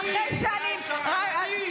ואחרי שאני --- לא הושאר.